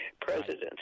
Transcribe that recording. president